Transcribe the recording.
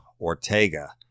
Ortega